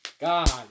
God